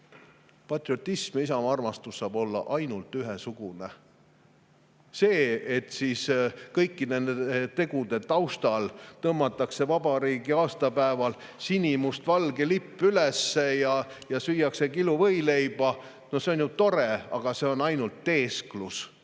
Patriotism ja isamaa-armastus saab olla ainult ühesugune. See, et kõigi nende tegude taustal tõmmatakse vabariigi aastapäeval sinimustvalge lipp üles ja süüakse kiluvõileiba, on ju tore, aga see on ainult teesklus,